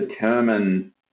determine